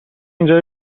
اینجا